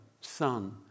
Son